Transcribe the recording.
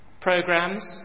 programs